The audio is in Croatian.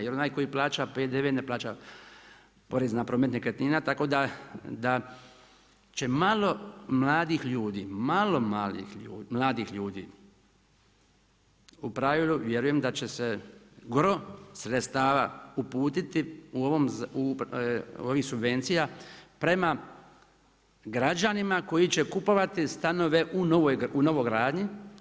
Jer onaj koji plaća PDV ne plaća porez na promet nekretnina, tako da će malo mladih ljudi, malo mladih ljudi u pravilu vjerujem da će se gro sredstava uputiti ovih subvencija prema građanima koji će kupovati stanove u novogradnji.